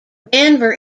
denver